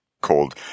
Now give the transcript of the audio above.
called